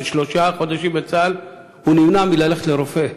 ושלושה חודשים בצה"ל הוא נמנע מללכת לרופא,